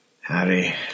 Harry